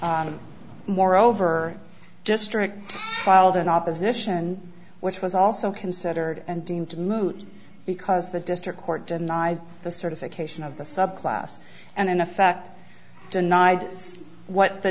moreover district filed an opposition which was also considered and deemed to be moot because the district court denied the certification of the subclass and in effect denied us what the